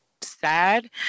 sad